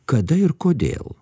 kada ir kodėl